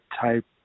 type